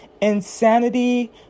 insanity